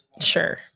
Sure